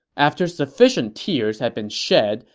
after sufficient tears had been shed,